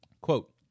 Quote